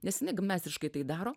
nes jinai gi meistriškai tai daro